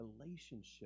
relationship